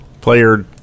player